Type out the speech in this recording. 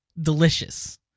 delicious